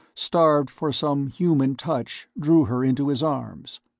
starved for some human touch, drew her into his arms.